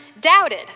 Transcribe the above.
doubted